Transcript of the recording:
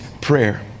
prayer